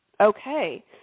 Okay